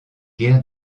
guerres